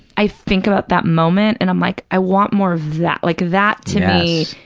i think about that moment, and i'm like, i want more of that, like that, to me